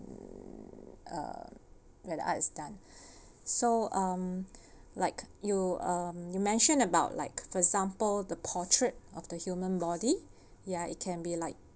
uh that the art is done so um like you um you mentioned about like for example the portrait of the human body ya it can be like